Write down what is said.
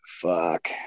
fuck